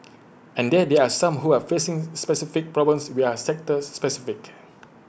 and then there are some who are facing specific problems we are sector specific